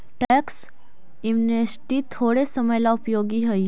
tax amnesty थोड़े समय ला उपयोगी हई